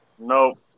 Nope